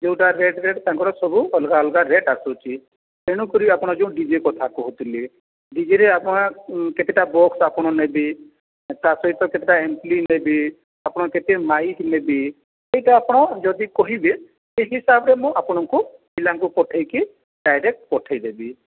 ଯେଉଁଟା rate rate ତାଙ୍କର ସବୁ ଅଲଗା ଅଲଗା ରେଟ୍ ଆସୁଛି ତେଣୁକରି ଆପଣ ଯେଉଁ ଡିଜେ କଥା କହୁଥିଲେ ଡିଜେରେ ଆପଣ କେତେଟା ବକ୍ସ ଆପଣ ନେବେ ତା ସହିତ କେତେଟା ଏମପ୍ଲି ନେବେ ଆପଣ କେତେ ମାଇକ୍ ନେବେ ଏଇଟା ଆପଣ ଯଦି କହିବେ ସେହି ହିସାବରେ ମୁଁ ଆପଣଙ୍କୁ ପିଲାଙ୍କୁ ପଠାଇକି ଡାଇରେକ୍ଟ ପଠାଇଦେବି